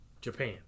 japan